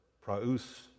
praus